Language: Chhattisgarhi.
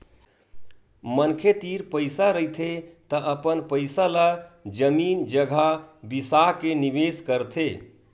मनखे तीर पइसा रहिथे त अपन पइसा ल जमीन जघा बिसा के निवेस करथे